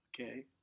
Okay